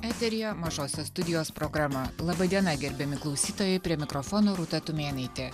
eteryje mažosios studijos programa laba diena gerbiami klausytojai prie mikrofono rūta tumėnaitė